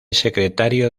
secretario